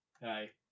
Hey